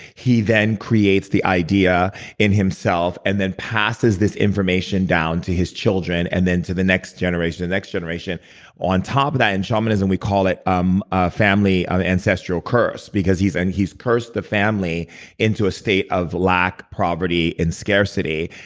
he then creates the idea in himself and then passes this information down to his children and then to the next generation, the and next generation on top of that. in shamanism, we call it um a family ancestral curse, because he's and he's cursed the family into a state of lack poverty and scarcity.